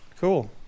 Cool